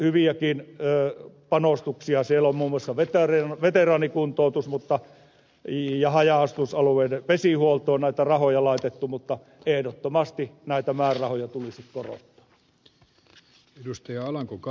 hyviäkin panostuksia siellä on on muun muassa veteraanikuntoutus ja haja asutusalueiden vesihuoltoon on näitä rahoja laitettu mutta ehdottomasti näitä määrärahoja tulisi korottaa